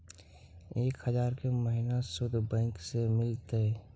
एक हजार के महिना शुद्ध बैंक से मिल तय?